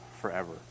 forever